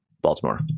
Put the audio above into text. baltimore